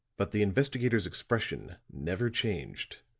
but the investigator's expression never changed.